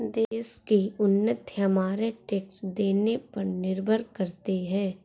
देश की उन्नति हमारे टैक्स देने पर निर्भर करती है